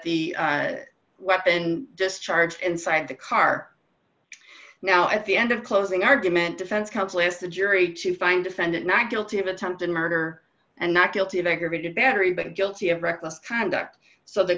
the weapon discharged inside the car now at the end of closing argument defense counsel asked the jury to find defendant not guilty of attempted murder and not guilty of aggravated battery but guilty of reckless conduct so the